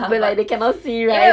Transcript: but like they cannot see right